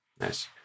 Nice